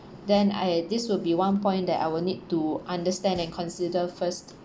then I this will be one point that I will need to understand and consider first